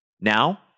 Now